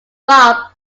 bob